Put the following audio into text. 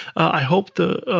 i hope the